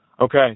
okay